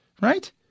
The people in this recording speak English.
right